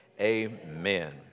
amen